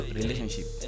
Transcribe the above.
relationship